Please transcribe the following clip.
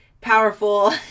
powerful